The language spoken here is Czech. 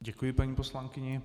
Děkuji paní poslankyni.